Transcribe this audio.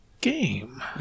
game